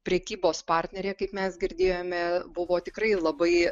prekybos partnerė kaip mes girdėjome buvo tikrai labai